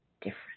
different